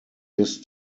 this